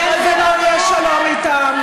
למה, אין ולא יהיה שלום איתם,